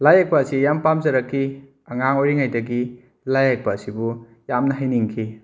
ꯂꯥꯏꯌꯦꯛꯄ ꯑꯁꯤ ꯌꯥꯝ ꯄꯥꯝꯖꯔꯛꯈꯤ ꯑꯉꯥꯡ ꯑꯣꯏꯔꯤꯉꯩꯗꯒꯤ ꯂꯥꯏꯌꯦꯛꯄ ꯑꯁꯤꯕꯨ ꯌꯥꯝꯅ ꯍꯩꯅꯤꯡꯈꯤ